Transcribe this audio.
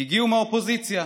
הגיעו מהאופוזיציה,